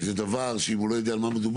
זה דבר שאם הוא לא יודע על מה מדובר,